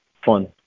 fun